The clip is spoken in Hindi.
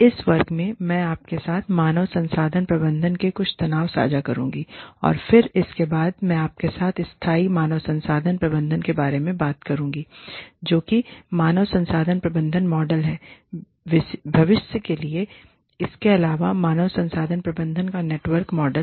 इस वर्ग में मैं आपके साथ मानव संसाधन प्रबंधन के कुछ तनाव साझा करुँगी और फिर इसके बाद मैं आपके साथ स्थायी मानव संसाधन प्रबंधन के बारे में बात करुँगी जो कि मानव संसाधन प्रबंधन मॉडल है भविष्य के लिए इसके अलावा मानव संसाधन प्रबंधन का नेटवर्क मॉडल